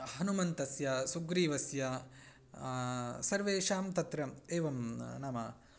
हनुमन्तस्य सुग्रीवस्य सर्वेषां तत्र एवं नाम